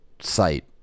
site